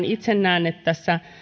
itse näen että